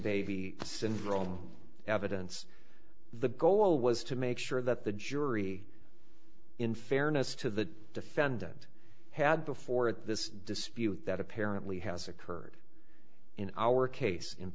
baby syndrome evidence the goal was to make sure that the jury in fairness to the defendant had before at this dispute that apparently has occurred in our case in